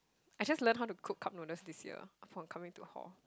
I just learn how to cook cup noodle this year before coming to home